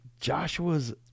Joshua's